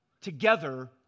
together